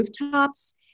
rooftops